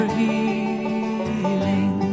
healing